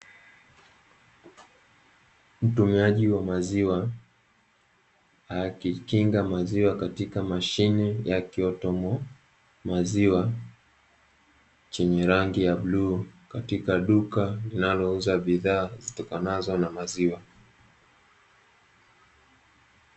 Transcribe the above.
Mtumiaji wa maziwa akikinga maziwa katika mashine ya “kiotomo maziwa” chenye rangi ya bluu, katika duka linalouza bidhaa zitokanazo na maziwa.